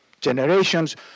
Generations